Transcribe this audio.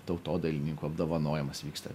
tautodailininkų apdovanojimas vyksta